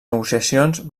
negociacions